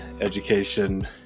education